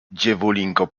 dziewulinko